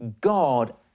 God